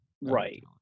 right